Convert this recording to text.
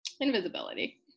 Invisibility